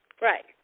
Right